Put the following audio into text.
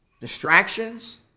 Distractions